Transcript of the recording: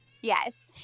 Yes